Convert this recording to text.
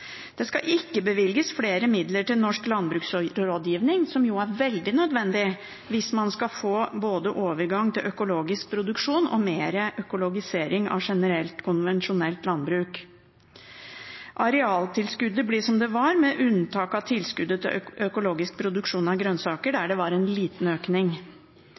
Det skal ikke bevilges flere midler til Norsk Landbruksrådgiving, som jo er veldig nødvendig hvis man skal få både overgang til økologisk produksjon og mer økologisering av generelt, konvensjonelt landbruk. Arealtilskuddet blir som det var, med unntak av tilskuddet til økologisk produksjon av grønnsaker, der det var en liten økning.